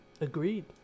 Agreed